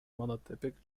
monotypic